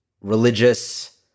religious